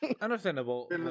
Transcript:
Understandable